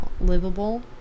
livable